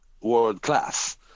world-class